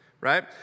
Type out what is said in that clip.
right